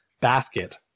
basket